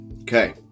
Okay